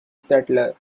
settler